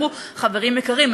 אמרו: חברים יקרים,